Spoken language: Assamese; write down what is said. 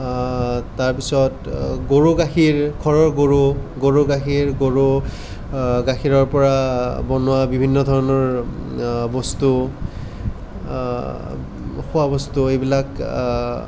তাৰ পিছত গৰুৰ গাখীৰ ঘৰৰ গৰু গৰু গাখীৰ গৰু গাখীৰৰ পৰা বনোৱা বিভিন্ন ধৰণৰ বস্তু খোৱা বস্তু এইবিলাক